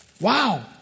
Wow